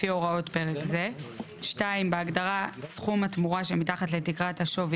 לפי הוראות פרק זה"; (2)בהגדרה "סכום התמורה שמתחת לתקרת השווי"